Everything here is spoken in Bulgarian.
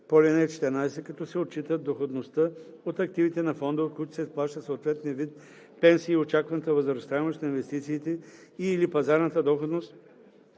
по ал. 14, като се отчитат доходността от активите на фонда, от които се изплаща съответния вид пенсии, и очакваната възвръщаемост от инвестициите и/или пазарната доходност